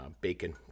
bacon